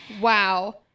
Wow